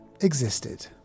existed